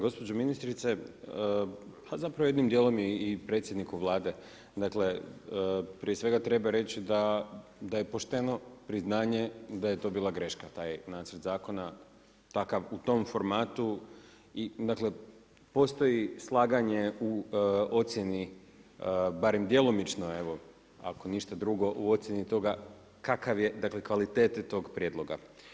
Gospođo ministrice, pa zapravo jednim dijelom i predsjedniku Vlade, dakle, prije svega treba reći da je pošteno priznanje da je to bila greška, da je u nacrt zakona takav, u tom formatu i postoji slaganje u ocijeni, barem djelomično, evo, ako ništa drugo, u ocjeni toga, kakav je, dakle, kvalitete tog prijedloga.